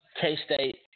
K-State